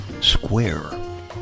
square